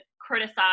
criticize